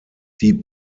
die